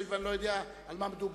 הואיל ואני לא יודע על מה מדובר,